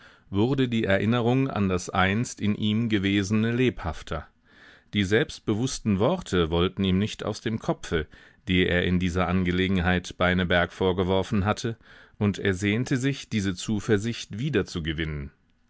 wurde die erinnerung an das einst in ihm gewesene lebhafter die selbstbewußten worte wollten ihm nicht aus dem kopfe die er in dieser angelegenheit beineberg vorgeworfen hatte und er sehnte sich diese zuversicht wieder